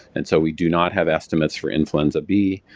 and so we do not have estimates for influenza b,